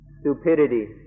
stupidity